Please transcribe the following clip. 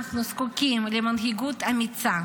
אנחנו זקוקים למנהיגות אמיצה,